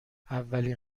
اولین